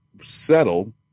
settle